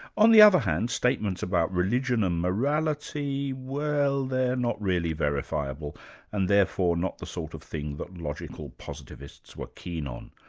on the other hand, statements about religion and morality, well, they're not really verifiable and therefore not the sort of thing that logical positivists were keen on.